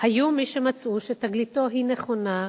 היו מי שמצאו שתגליתו היא נכונה,